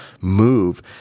move